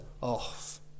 off